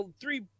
three